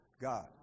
God